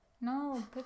No